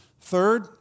Third